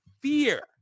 fear